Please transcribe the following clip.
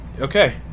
Okay